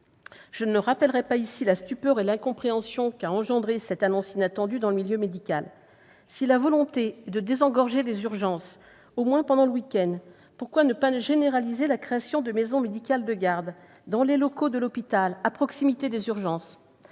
Je ne rappellerai pas la stupeur et l'incompréhension engendrées par cette annonce inattendue dans le milieu médical. Si la volonté est de désengorger les urgences, au moins pendant le week-end, pourquoi ne pas généraliser la création de maisons médicales de garde dans les locaux de l'hôpital, à proximité des urgences ?